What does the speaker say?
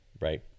right